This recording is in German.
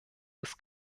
des